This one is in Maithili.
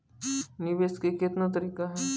निवेश के कितने तरीका हैं?